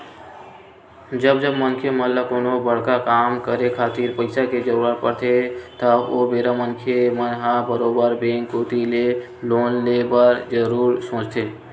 जब जब मनखे मन ल कोनो बड़का काम करे खातिर पइसा के जरुरत पड़थे त ओ बेरा मनखे मन ह बरोबर बेंक कोती ले लोन ले बर जरुर सोचथे